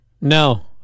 No